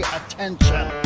attention